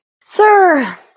sir